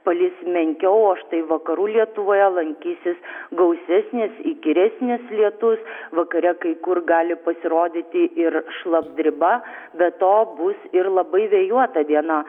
palis menkiau o štai vakarų lietuvoje lankysis gausesnis įkyresnis lietus vakare kai kur gali pasirodyti ir šlapdriba be to bus ir labai vėjuota diena